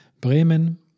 Bremen